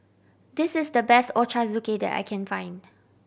this is the best Ochazuke that I can find